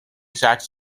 sacks